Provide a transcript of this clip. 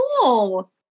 cool